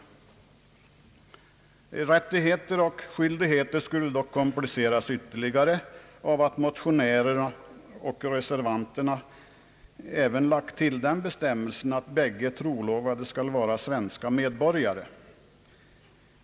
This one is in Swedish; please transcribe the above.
Rättigheter och skyldigheter blir dock ytterligare komplicerade av att motionärerna och reservanterna lagt till den bestämmelsen att bägge trolovade skall vara svenska medborgare.